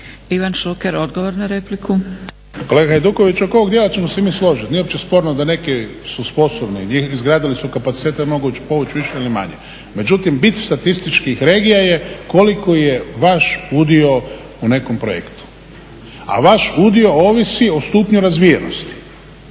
**Šuker, Ivan (HDZ)** Kolega Hajduković, oko ovog dijela ćemo se mi složiti, nije uopće sporno da neki su sposobni, i izgradili su kapacitete, i mogu povući više ili manje. Međutim, bit statističkih regija je koliko je vaš udio u nekom projektu. A vaš udio ovisi o stupnju razvijenosti.